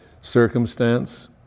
circumstance